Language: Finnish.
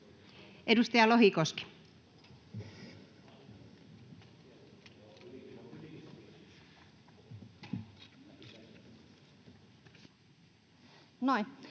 Edustaja Lohikoski.